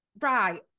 right